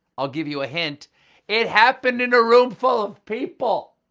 i'll give you a hint it happened in a room full of people.